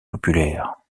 populaire